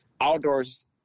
outdoors